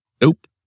Nope